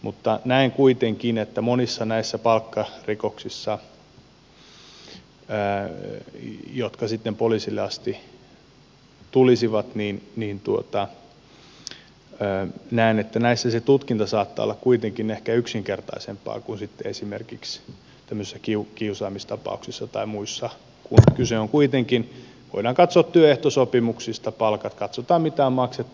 mutta näen kuitenkin että näissä monissa palkkarikoksissa jotka sitten poliisille asti tulisivat se tutkinta saattaa olla kuitenkin ehkä yksinkertaisempaa kuin sitten esimerkiksi tämmöisessä kiusaamistapauksessa tai muissa kun kuitenkin voidaan katsoa työehtosopimuksista palkat katsotaan mitä on maksettu